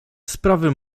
sprawy